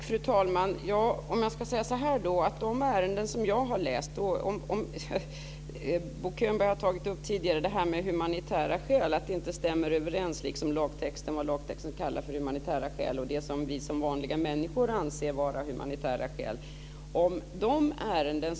Fru talman! Bo Könberg har tidigare tagit upp att det som lagtexten kallar för humanitära skäl och det som vi som vanliga människor anser vara humanitära skäl inte stämmer överens.